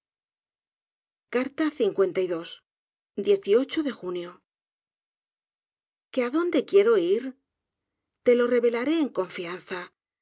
conversación algún término técnico de junio que á dónde quiero ir te lo revelaré en confianza